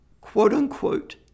quote-unquote